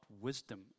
wisdom